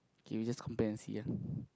okay we just compare and see ah